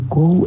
go